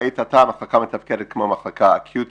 לעת עתה המחלקה מתפקדת כמו מחלקה אקוטית.